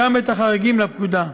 גם את החריגים לפקודה.